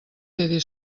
quedi